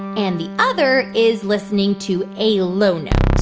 and the other is listening to a low note